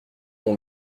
ton